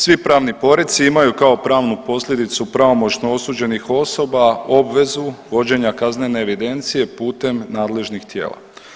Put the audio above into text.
Svi pravni poredci imaju kao pravnu posljedicu pravomoćno osuđenih osoba obvezu vođenja kaznene evidencije putem nadležnih tijela.